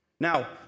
Now